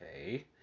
okay